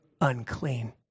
Unclean